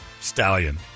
Stallion